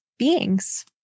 beings